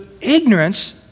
ignorance